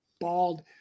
bald